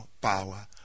power